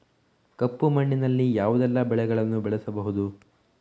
ಕಪ್ಪು ಮಣ್ಣಿನಲ್ಲಿ ಯಾವುದೆಲ್ಲ ಬೆಳೆಗಳನ್ನು ಬೆಳೆಸಬಹುದು?